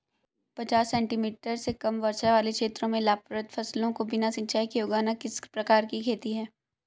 पचास सेंटीमीटर से कम वर्षा वाले क्षेत्रों में लाभप्रद फसलों को बिना सिंचाई के उगाना किस प्रकार की खेती है?